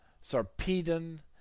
Sarpedon